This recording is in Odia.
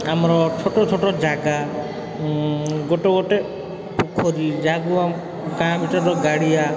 ଆମର ଛୋଟଛୋଟ ଜାଗା ଗୋଟେ ଗୋଟେ ପୋଖରୀ ଯାହାକୁ ଗାଁ ଭିତରେ ଯେଉଁ ଗାଡ଼ିଆ